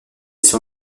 sur